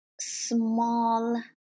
small